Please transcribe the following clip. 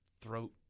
throat